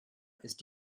ist